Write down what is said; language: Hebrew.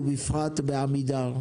ובפרט בעמידר,